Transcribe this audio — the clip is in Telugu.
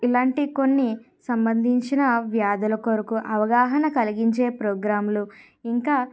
ఇలాంటి కొన్ని సంబంధించిన వ్యాధుల కొరకు అవగాహన కలిగించే ప్రోగ్రామ్లు ఇంకా